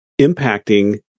impacting